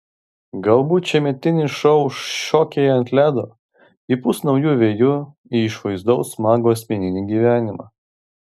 galbūt šiemetinis šou šokiai ant ledo įpūs naujų vėjų į išvaizdaus mago asmeninį gyvenimą